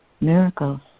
miracles